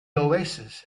oasis